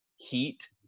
heat